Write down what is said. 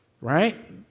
right